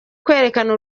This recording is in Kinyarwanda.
kwerekana